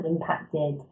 impacted